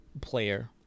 player